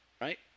right